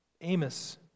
Amos